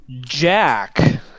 Jack